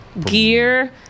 gear